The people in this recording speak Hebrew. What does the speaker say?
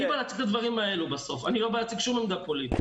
אני לא בא להציג עמדה פוליטית.